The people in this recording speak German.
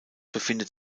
befindet